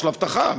של אבטחה.